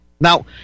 now